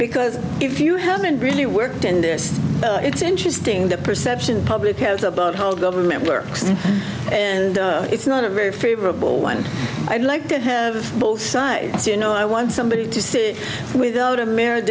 because if you haven't really worked in this it's interesting the perception public has about how old government works and it's not a very favorable one i'd like to have both sides you know i want somebody to say without a mar